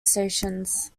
stations